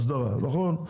הסדרה, נכון.